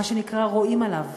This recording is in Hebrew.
מה שנקרא: רואים עליו.